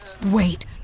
Wait